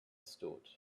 stood